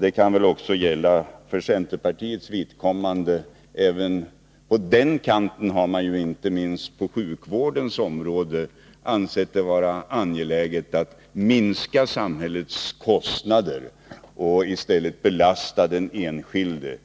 Det kan väl också gälla för centerpartiets vidkommande. Även på den kanten har man ju inte minst på sjukvårdens område ansett det vara angeläget att minska samhällets kostnader och i stället belasta den enskilde.